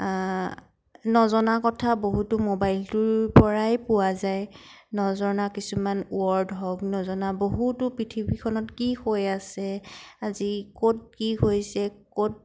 নজনা কথা বহুতো মবাইলটোৰ পৰাই পোৱা যায় নজনা কিছুমান ৱৰ্ড হওক নজনা বহুতো পৃথিৱীখনত কি হৈ আছে আজি ক'ত কি হৈছে ক'ত